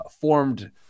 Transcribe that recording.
formed